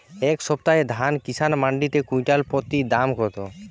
এই সপ্তাহে ধান কিষান মন্ডিতে কুইন্টাল প্রতি দাম কত?